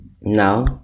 now